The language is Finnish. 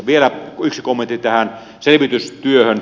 vielä yksi kommentti tähän selvitystyöhön